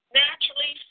naturally